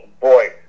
Boy